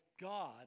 God